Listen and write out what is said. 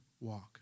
walk